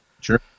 Sure